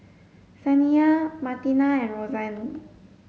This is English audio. Saniya Martina and Rosanne